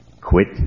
quit